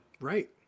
right